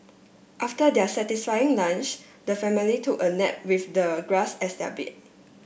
after their satisfying lunch the family took a nap with the grass as their bed